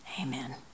Amen